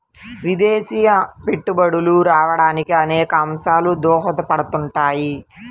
విదేశీ పెట్టుబడులు రావడానికి అనేక అంశాలు దోహదపడుతుంటాయి